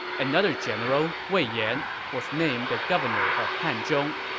another general, wei yan, was named the governor of hanzhong.